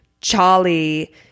Charlie